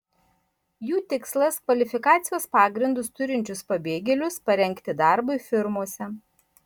jų tikslas kvalifikacijos pagrindus turinčius pabėgėlius parengti darbui firmose